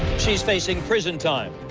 she's facing prison time.